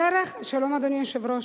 דרך, שלום, אדוני היושב-ראש.